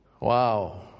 wow